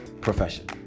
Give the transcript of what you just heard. profession